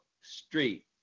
Street